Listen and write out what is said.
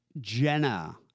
Jenna